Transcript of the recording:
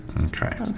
Okay